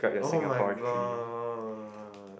oh-my-god